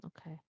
okay